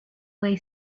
way